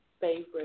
favorite